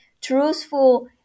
truthful